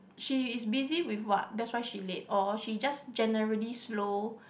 she is busy with what that's why she late or she just generally slow